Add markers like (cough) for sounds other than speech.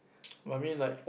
(noise) I mean like